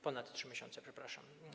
Ponad 3 miesiące, przepraszam.